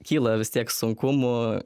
kyla vis tiek sunkumų